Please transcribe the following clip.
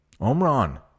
Omron